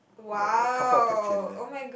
like a couple of text here and there